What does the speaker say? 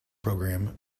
program